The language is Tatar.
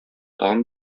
тагын